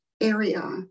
area